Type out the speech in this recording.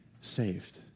saved